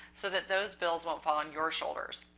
so that those bills won't fall on your shoulders.